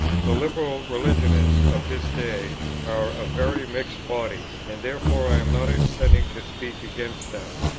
the liberal religionists of this day are a very mixed body, and therefore i am not intending to speak against them.